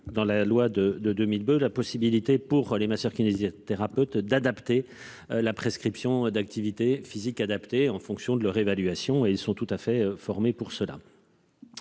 dans la loi de de 2000, la possibilité pour les masseurs-kinésithérapeutes. D'adapter la prescription d'activité physique adaptée en fonction de leur évaluation et ils sont tout à fait formé pour cela.